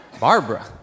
Barbara